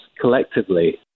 collectively